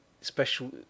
special